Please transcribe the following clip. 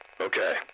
Okay